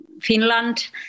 Finland